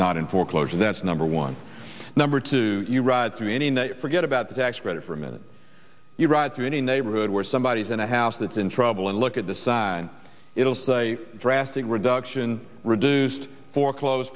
not in foreclosure that's number one number two you ride for meaning that you forget about the tax credit for a minute you ride through any neighborhood where somebody is in a house that's in trouble and look at the sign it'll say drastic reduction reduced foreclosed